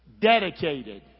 Dedicated